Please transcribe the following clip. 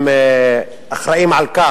הם אחראים לכך